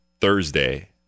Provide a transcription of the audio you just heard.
Thursday